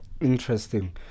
Interesting